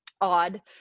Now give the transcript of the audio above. odd